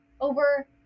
over